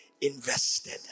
invested